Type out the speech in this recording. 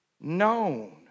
known